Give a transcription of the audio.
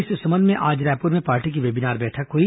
इस संबंध में आज रायपूर में पार्टी की वेबिनार बैठक हुई